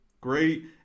Great